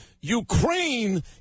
Ukraine